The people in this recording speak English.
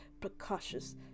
precautious